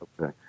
Okay